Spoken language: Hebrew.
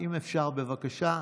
אם אפשר, בבקשה,